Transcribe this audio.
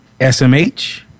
SMH